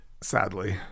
sadly